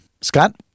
Scott